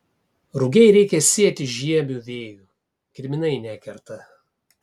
rugiai reikia sėti žiemiu vėju kirminai nekerta